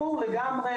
ברור לגמרי.